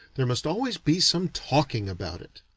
there must always be some talking about it.